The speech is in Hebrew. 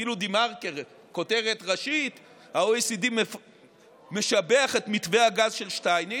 אפילו דה-מרקר כותרת ראשית: ה-OECD משבח את מתווה הגז של שטייניץ,